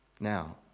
Now